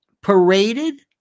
paraded